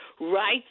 right